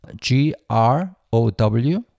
g-r-o-w